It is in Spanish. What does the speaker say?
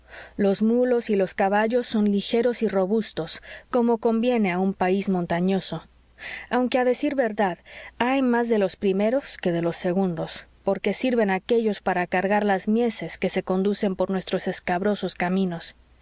los mulos y los caballos son ligeros y robustos como conviene a un país montañoso aunque a decir verdad hay más de los primeros que de los segundos porque sirven aquéllos para cargar las mieses que se conducen por nuestros escabrosos caminos